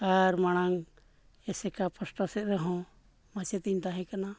ᱟᱨ ᱢᱟᱲᱟᱝ ᱮᱥᱮᱠᱟ ᱯᱟᱥᱴᱟ ᱥᱮᱫ ᱨᱮᱦᱚᱸ ᱢᱟᱪᱮᱛᱤᱧ ᱛᱟᱦᱮᱸᱠᱟᱱᱟ